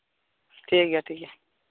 ᱴᱷᱤᱠᱜᱮᱭᱟ ᱴᱷᱤᱠᱜᱮᱭᱟ